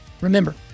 remember